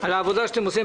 על העבודה שאתם עושים.